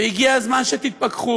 והגיע הזמן שתתפכחו,